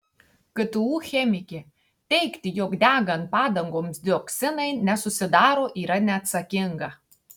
ktu chemikė teigti jog degant padangoms dioksinai nesusidaro yra neatsakinga